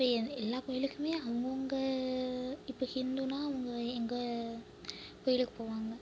இப்போ எல்லா கோவிலுக்கும் அவங்கவங்க இப்போ ஹிந்துனா அவங்க எங்கே கோவிலுக்கு போவாங்க